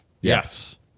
Yes